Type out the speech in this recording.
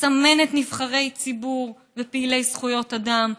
מסמנת נבחרי ציבור ופעילי זכויות אדם,